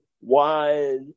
wide